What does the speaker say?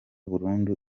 burundu